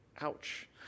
Ouch